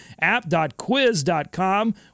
app.quiz.com